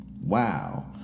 wow